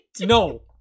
No